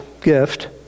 gift